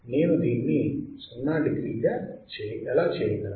నేను దీన్ని 0 డిగ్రీగా ఎలా చేయగలను